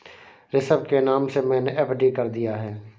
ऋषभ के नाम से मैने एफ.डी कर दिया है